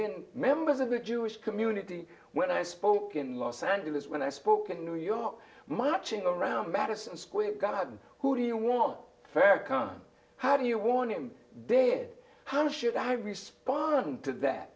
then members of the jewish community when i spoke in los angeles when i spoke in new york marching around madison square garden who do you want facts come on how do you want him dead how should i respond to that